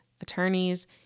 attorneys